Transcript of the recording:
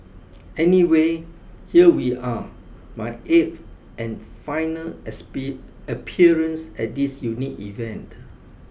anyway here we are my eighth and final appearance at this unique event